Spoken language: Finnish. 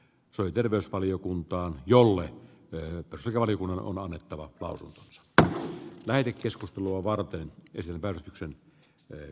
sali terveysvaliokuntaan jolle neutraaliudella on annettava lausunto spö lähetekeskustelua varten ja sen välityksellä jo